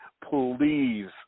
please